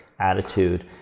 attitude